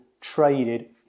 traded